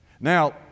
Now